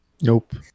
Nope